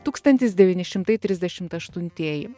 tūkstantis devyni šimtai trisdešimt aštuntieji